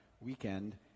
weekend